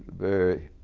very,